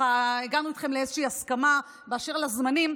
הגענו איתכם לאיזושהי הסכמה באשר לזמנים,